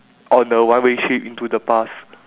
on a one way trip into the past